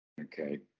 Okay